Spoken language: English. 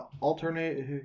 alternate